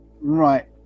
Right